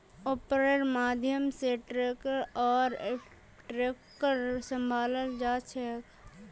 वैपार्र माध्यम से टैक्स आर ट्रैफिकक सम्भलाल जा छे